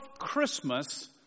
Christmas